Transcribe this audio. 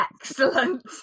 Excellent